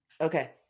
Okay